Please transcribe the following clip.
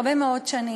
הרבה מאוד נשים.